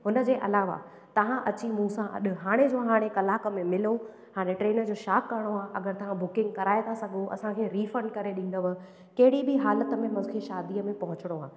हुनजे अलावा तव्हां अची मूंसां अॼु हाणे जो हाणे कलाक में मिलो हाणे ट्रेन जो छा करिणो आहे अगरि तव्हां बुकिंग कराए ता सघो असांखे रीफंड करे ॾींदव कहिड़ी बि हालति में मूंखे शादीअ में पहुचणो आहे